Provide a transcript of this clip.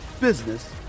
business